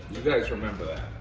you guys remember that.